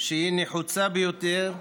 שהיא נחוצה ביותר,